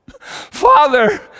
Father